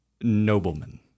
Noblemen